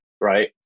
right